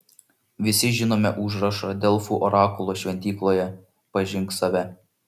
visi žinome užrašą delfų orakulo šventykloje pažink save